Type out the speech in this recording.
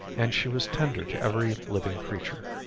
and she was tender to every living creature.